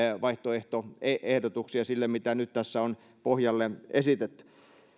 vaihtoehtoehdotuksia sille mitä nyt tässä on pohjalle esitetty